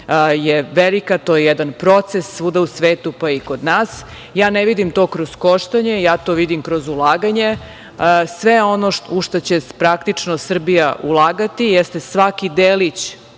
je velika. To je jedan proces svuda u svetu, pa i kod nas. Ne vidim to kroz koštanje, to vidim kroz ulaganje. Sve ono u šta će praktično Srbija ulagati jeste svaki delić